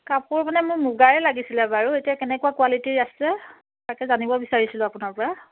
কাপোৰ মানে মোক মুগাৰে লাগিছিলে বাৰু এতিয়া কেনেকুৱা কুৱালিটীৰ আছে তাকে জানিব বিচাৰিছিলোঁ আপোনাৰ পৰা